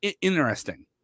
interesting